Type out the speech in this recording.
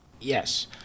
Yes